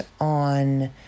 on